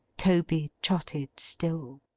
toby trotted still.